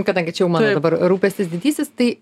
kadangi čia jau mano dabar rūpestis didysis tai